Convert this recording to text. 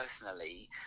personally